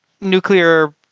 nuclear